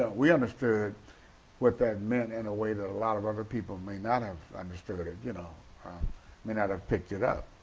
but we understood what that meant in a way that a lot of other people may not have understood it. ah you know um may not have picked it up.